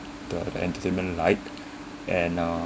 the entertainment light and uh